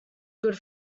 good